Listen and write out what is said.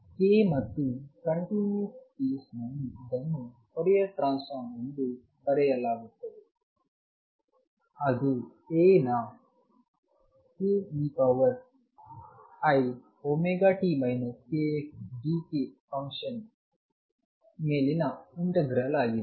K ಮತ್ತು continuous ಕೇಸ್ನಲ್ಲಿ ಇದನ್ನು ಫೋರಿಯರ್ ಟ್ರಾನ್ಸ್ಫಾರ್ಮ್ ಎಂದು ಬರೆಯಲಾಗುತ್ತದೆ ಅದು A ನ k eiωt kx d k function ಮೇಲಿನ ಇಂತೆಗ್ರಲ್ ಆಗಿದೆ